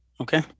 Okay